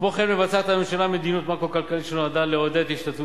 כמו כן מבצעת הממשלה מדיניות מקרו-כלכלית שנועדה לעודד השתתפות